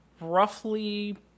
roughly